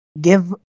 give